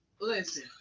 Listen